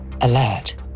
alert